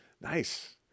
Nice